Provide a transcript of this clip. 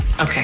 Okay